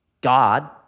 God